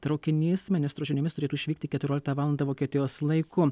traukinys ministro žiniomis turėtų išvykti keturioliktą valandą vokietijos laiku